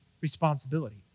responsibility